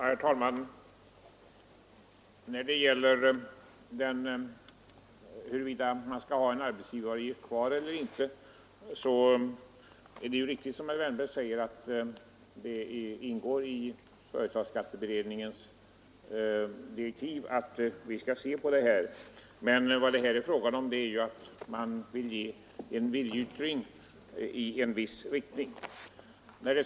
Herr talman! Vad gäller frågan huruvida man skall ha en arbetsgivaravgift kvar eller inte så är det riktigt som herr Wärnberg säger att det ingår i företagsskatteberedningens direktiv att se på den saken. Vad det här är fråga om är att ge en viljeyttring i viss riktning.